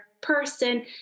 person